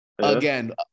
again